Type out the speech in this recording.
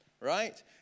right